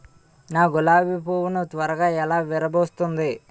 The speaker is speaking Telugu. నా గులాబి పువ్వు ను త్వరగా ఎలా విరభుస్తుంది?